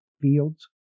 fields